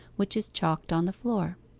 which is chalked on the floor.